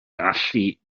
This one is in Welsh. allu